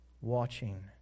watching